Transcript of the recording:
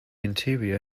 interior